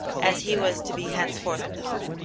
as he was to be henceforth known,